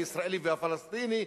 הישראלי והפלסטיני,